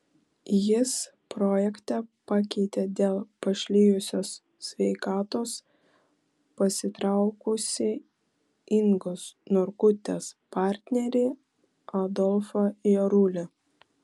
jis projekte pakeitė dėl pašlijusios sveikatos pasitraukusį ingos norkutės partnerį adolfą jarulį